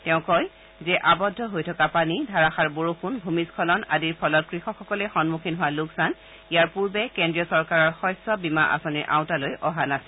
তেওঁ কয় যে আবদ্ধ হৈ থকা পানী ধাৰাসাৰ বৰষুণ ভূমিশ্বলন আদিৰ ফলত কৃষকসকলৰ হোৱা লোকচান ইয়াৰ পুৰ্বে কেন্দ্ৰীয় চৰকাৰৰ শস্য বীমা আঁচনিৰ আওতালৈ অহা নাছিল